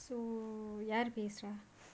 so யாருபேசுறா:yaru pesura